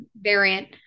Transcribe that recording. variant